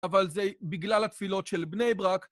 אבל זה בגלל התפילות של בני ברק.